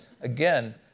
again